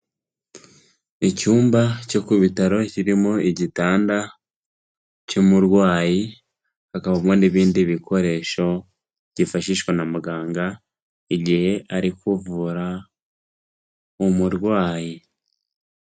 Icyumba cyo ku bitaro, kirimo igitanda cy'umurwayi, hakabamo n'ibindi bikoresho byifashishwa na muganga, igihe ari kuvura umurwayi.